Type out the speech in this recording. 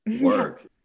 work